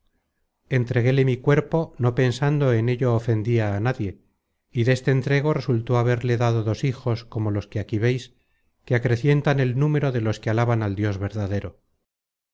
entreguéle mi cuerpo no pensando que en ello ofendia á nadie y deste entrego resultó haberle dado dos hijos como los que aquí veis que acrecientan el número de los que alaban al dios verdadero